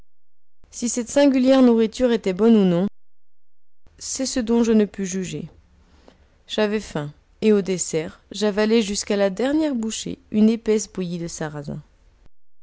si cette singulière nourriture était bonne ou non c'est ce dont je ne pus juger j'avais faim et au dessert j'avalai jusqu'à la dernière bouchée une épaisse bouillie de sarrasin